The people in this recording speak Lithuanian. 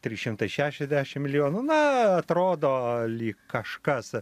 trys šimtai šešiasdešim milijonų na atrodo lyg kažkas